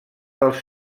dels